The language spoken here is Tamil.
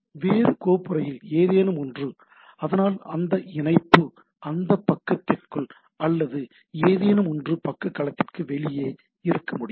வேறு கோப்புறையில் ஏதேனும் ஒன்று அதனால் அந்த இணைப்பு அந்த பக்கத்திற்குள் அல்லது ஏதேனும் ஒன்று பக்க களத்திற்கு வெளியே இருக்க முடியும்